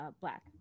black